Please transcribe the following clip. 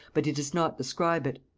but he does not describe it.